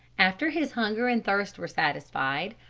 after his hunger and thirst were satisfied,